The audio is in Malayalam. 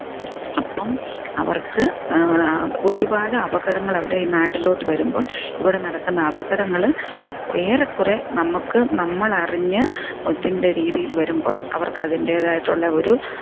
അപ്പം അവർക്ക് ഒരുപാട് അപകടങ്ങൾ അവിടെ ഈ നാട്ടിലോട്ട് വരുമ്പോൾ ഇവിടെ നടക്കുന്ന അപകടങ്ങള് ഏറെക്കുറെ നമക്ക് നമ്മൾ അറിഞ്ഞ് ഇതിൻ്റെ രീതിയില് വരുമ്പോൾ അവർക്ക് അതിൻ്റേതായിട്ടുള്ള ഒരു